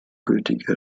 gültige